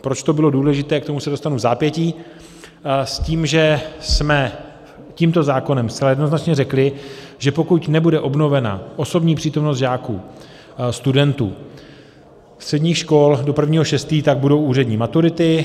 Proč to bylo důležité, k tomu se dostanu vzápětí, s tím, že jsme tímto zákonem zcela jednoznačně řekli, že pokud nebude obnovena osobní přítomnost žáků, studentů středních škol do 1. 6., tak budou úřední maturity.